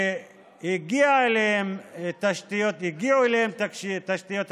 שהגיעו אליהם תשתיות התקשורת,